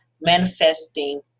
manifesting